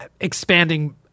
expanding